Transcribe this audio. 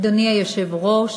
אדוני היושב-ראש,